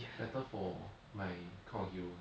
better for my kind of hero